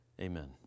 Amen